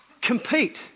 compete